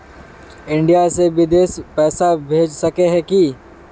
India से बिदेश पैसा भेज सके है की?